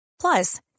Plus